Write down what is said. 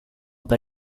per